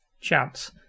chance